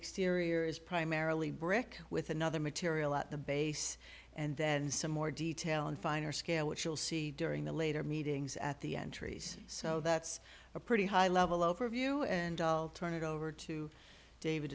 exterior is primary early brick with another material at the base and then some more detail in finer scale what you'll see during the later meetings at the entries so that's a pretty high level overview and i'll turn it over to david